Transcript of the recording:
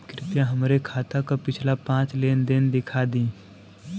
कृपया हमरे खाता क पिछला पांच लेन देन दिखा दी